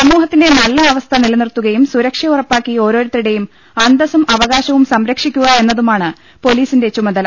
സമൂഹത്തിന്റെ നല്ല അവസ്ഥ നിലനിർത്തുകയും സുരക്ഷ ഉറപ്പാക്കി ഓരോരുത്തരുടെയും അന്തസ്സും അവകാശവും സംര ക്ഷിക്കുക എന്നതുമാണ് പൊലീസിന്റെ ചുമതല